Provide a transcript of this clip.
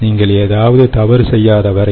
நீங்கள் ஏதாவது தவறு செய்யாதவரை